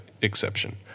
exception